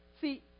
see